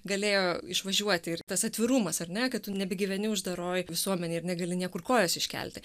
galėjo išvažiuoti ir tas atvirumas ar ne kad tu nebegyveni uždaroj visuomenėj ir negali niekur kojos iškelti